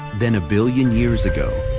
then a billion years ago,